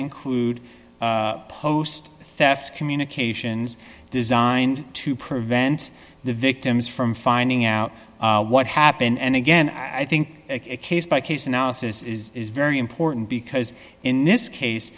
include post theft communications designed to prevent the victims from finding out what happened and again i think it case by case analysis is very important because in this case